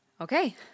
Okay